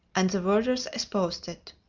and the verderers exposed it.